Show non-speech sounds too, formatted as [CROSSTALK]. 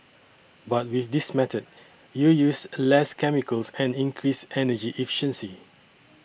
[NOISE] but with this method you use a less chemicals and increase energy efficiency